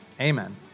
Amen